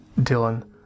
Dylan